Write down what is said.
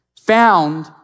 found